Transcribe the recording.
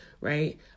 right